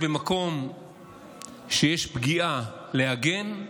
במקום שיש פגיעה, להגן,